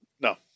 No